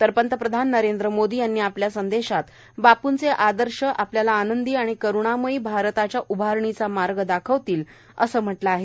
तर पंतप्रधान नरेंद्र मोदी यांनी आपल्या संदेशात बापूंचे आदर्श आपल्याला आनंदी आणि करुणामयी भारताच्या उभारणीचा मार्ग दाखवतील असं म्हटलं आहे